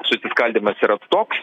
susiskaldymas yra toks